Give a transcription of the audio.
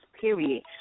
Period